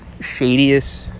shadiest